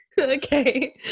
Okay